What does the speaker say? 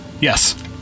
Yes